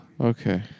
Okay